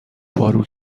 پارو